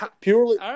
purely